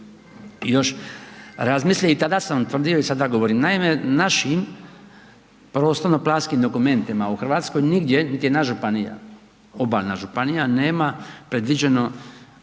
se još razmisle i tada sam tvrdio i sada govorim. Naime, našim prostorno-planskim dokumentima u Hrvatskoj nigdje niti jedna županija, obalna županija nema predviđenu